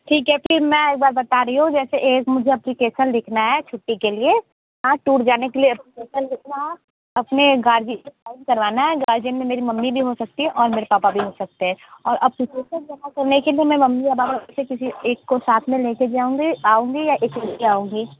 ठीक है फिर मैं एक बार बता रही हूँ जैसे एक मुझे अप्लीकेसन लिखना है छुट्टी के लिए हाँ टूर जाने के लिए अप्लीकेसन लिखना है अपने गार्जियन से साइन करवाना है गार्जियन में मेरी मम्मी भी हो सकती है और मेरे पापा भी हो सकते हैं और अप्लीकेसन जमा करने के लिए मैं मम्मी पापा में से किसी एक को साथ में ले कर जाऊँगी आऊँगी या अकेले आऊँगी